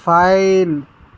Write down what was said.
fine